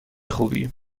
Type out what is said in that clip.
خوبی